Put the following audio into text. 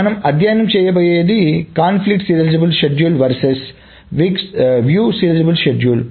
కాబట్టి మనం అధ్యయనం చేయబోయేది కాన్ఫ్లిక్ట్ సీరియలైజబుల్ షెడ్యూల్ వర్సెస్ వీక్షణ సీరియలైజబుల్ షెడ్యూల్